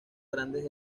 grandes